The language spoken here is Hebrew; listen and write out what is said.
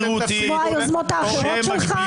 שרירותית -- כמו היוזמות האחרות שלך?